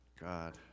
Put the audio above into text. God